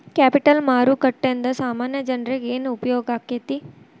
Capital ಮಾರುಕಟ್ಟೇಂದಾ ಸಾಮಾನ್ಯ ಜನ್ರೇಗೆ ಏನ್ ಉಪ್ಯೊಗಾಕ್ಕೇತಿ?